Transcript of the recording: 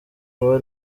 aba